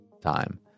time